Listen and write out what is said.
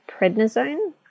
prednisone